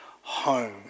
home